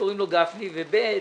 קוראים לו גפני וכן,